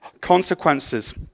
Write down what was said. consequences